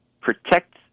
protect